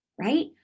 right